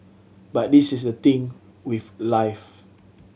but this is the thing with life